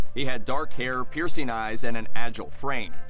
he had dark hair, piercing eyes, and an agile frame.